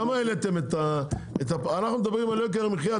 כמה העליתם אנחנו מדברים על יוקר המחייה,